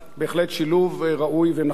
בהחלט שילוב ראוי ונכון.